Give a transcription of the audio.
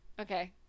okay